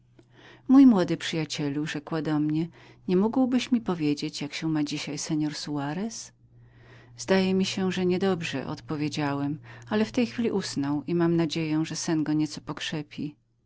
mój młody przyjacielu rzekła do mnie nie mógłbyś mi powiedzieć jak się ma dzisiaj seor soarez zdaje mi się że nie dobrze odpowiedziałem ale w tej chwlichwili usnął i mam nadzieję że sen go nieco pokrzepi